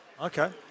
Okay